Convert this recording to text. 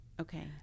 Okay